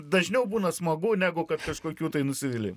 dažniau būna smagu negu kad kažkokių tai nusivylimų